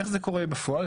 איך זה קורה בפועל.